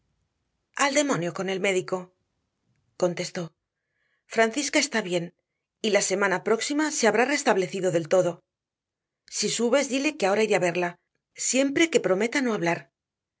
al demonio con el médico contestó francisca está bien y la semana próxima se habrá restablecido del todo si subes dile que ahora iré a verla siempre que prometa no hablar